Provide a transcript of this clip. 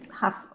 half